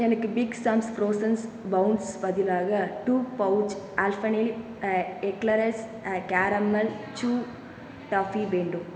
எனக்கு big Sam's frozens pounds பதிலாக two pouch Alpenliebe eclairs caramel chewy toffee வேண்டும்